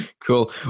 Cool